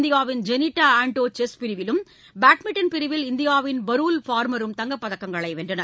இந்தியாவின் ஜெனிட்டா ஆண்டோ செஸ் பிரிவிலும் பேட்மிண்ட்டன் பிரிவில் இந்தியாவின் பரூல் பார்மரும் தங்கப் பதக்கங்களை வென்றனர்